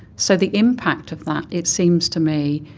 so the impact of that, it seems to me,